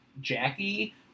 Jackie